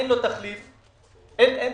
אין לו תחליף תעסוקתי.